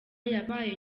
yabaye